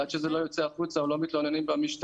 עד שזה לא יוצא החוצה או לא מתלוננים במשטרה,